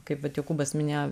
kaip vat jokūbas minėjo